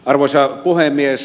arvoisa puhemies